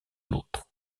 l’autre